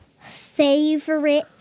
Favorite